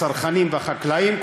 הצרכנים והחקלאים,